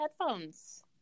headphones